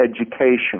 education